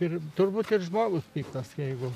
ir turbūt kaip žmogus piktas jeigu